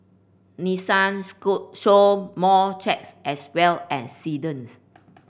Nissan school sold more trucks as well as sedans